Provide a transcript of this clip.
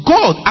God